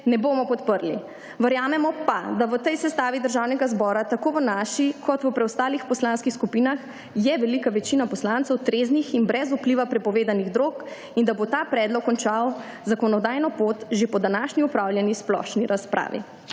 ne bomo podprli. Verjamemo pa, da v tej sestavi Državnega zbora tako v naši kot v preostalih poslanskih skupinah je velika večina poslancev treznih in brez vpliva prepovedanih drog, in da bo ta predlog končal zakonodajno pot že po današnji opravljeni splošni razpravi.